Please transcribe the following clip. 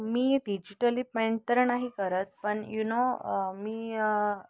मी digitally paint तर नाही करत पण यु नो मी